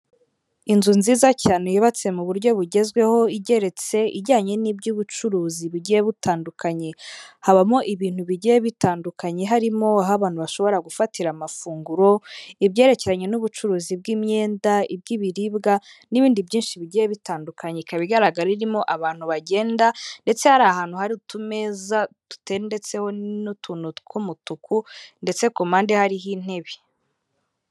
Inzu nziza cyane yubatse mu buryo bugezweho igeretse, ijyanye n'iby'ubucuruzi bugiye butandukanye, habamo ibintu bigiye bitandukanye, harimo aho abantu bashobora gufatira amafunguro, ibyerekeranye n'ubucuruzi bw'imyenda, iby'ibiribwa n'ibindi byinshi bigiye bitandukanye. Ikaba igaragara irimo abantu bagenda ndetse hari ahantu hari utumeza dutendetseho n'utuntu tw'umutuku ndetse ku mpande hariho intebe.